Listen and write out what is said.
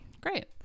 Great